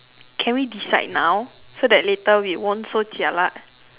can we decide now so that later we won't so jialat